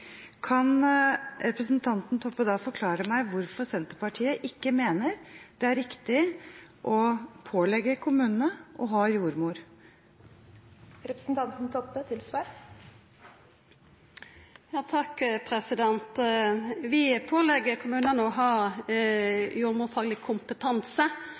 Kan representanten Toppe forklare meg hvorfor Senterpartiet ikke mener det er riktig å pålegge kommunene å ha jordmor? Vi pålegg kommunane å ha jordmorfagleg kompetanse